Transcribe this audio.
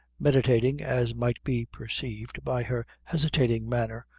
meditating, as might be perceived by her hesitating manner,